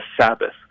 Sabbath